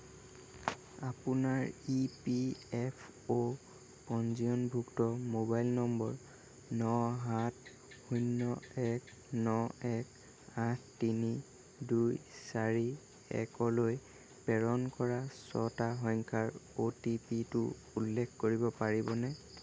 আপোনাৰ E P F অ' পঞ্জীয়নভুক্ত মোবাইল নম্বৰ ন সাত শূন্য এক ন এক আঠ তিনি দুই চাৰি এক লৈ প্ৰেৰণ কৰা ছটা সংখ্যাৰ অ' টি পি টো উল্লেখ কৰিব পাৰিবনে